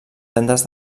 tendes